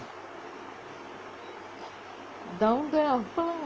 down there appalam